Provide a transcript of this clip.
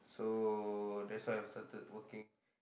so that's why I have started working